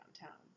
downtown